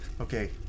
Okay